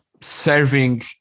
serving